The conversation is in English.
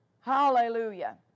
Hallelujah